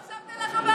אז עכשיו תלך הביתה.